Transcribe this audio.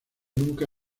nunca